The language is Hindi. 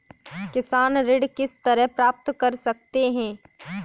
किसान ऋण किस तरह प्राप्त कर सकते हैं?